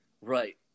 Right